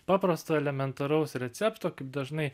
paprasto elementaraus recepto kaip dažnai